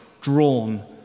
drawn